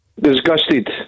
Disgusted